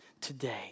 today